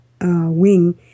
wing